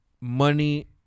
money